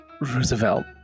Roosevelt